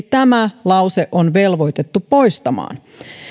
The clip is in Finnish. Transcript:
tämä lause on velvoitettu poistamaan